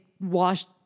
washed